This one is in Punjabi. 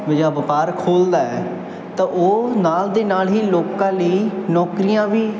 ਵੀ ਜਾਂ ਵਪਾਰ ਖੋਲ੍ਹਦਾ ਹੈ ਤਾਂ ਉਹ ਨਾਲ ਦੀ ਨਾਲ ਹੀ ਲੋਕਾਂ ਲਈ ਨੌਕਰੀਆਂ ਵੀ